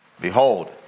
Behold